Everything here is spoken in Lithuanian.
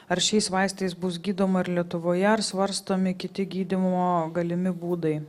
ar šiais vaistais bus gydoma ir lietuvoje ar svarstomi kiti gydymo galimi būdai